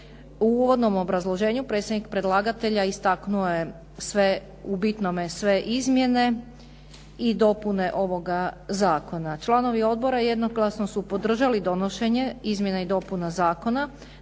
U uvodnom obrazloženju predsjednik predlagatelja istaknuo je u bitnome sve izmjene i dopune ovoga zakona. Članovi odbora jednoglasno su podržali donošenje izmjena i dopuna zakona.